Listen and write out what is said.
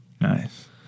Nice